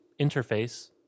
interface